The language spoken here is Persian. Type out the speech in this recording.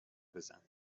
بزن